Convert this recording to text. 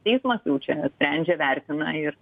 teismas jau čia nusprendžia vertina ir